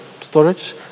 storage